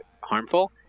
harmful